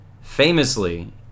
famously